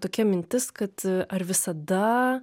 tokia mintis kad ar visada